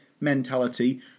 mentality